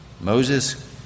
Moses